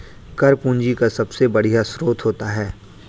कर पूंजी का सबसे बढ़िया स्रोत होता है